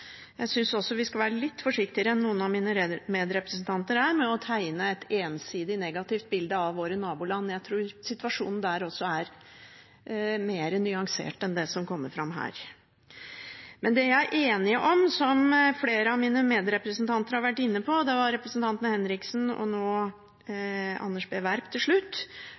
Jeg synes også vi skal være litt forsiktigere enn det noen av mine medrepresentanter er med å tegne et ensidig negativt bilde av våre naboland. Jeg tror situasjonen der også er mer nyansert enn det som kommer fram her. Men det vi er enige om, som flere av mine medrepresentanter har vært inne på – det var representantene Kari Henriksen og nå Anders B. Werp til slutt